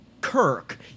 Kirk